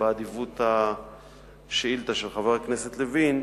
באדיבות השאילתא של חבר הכנסת לוין,